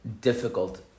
difficult